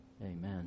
Amen